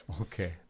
Okay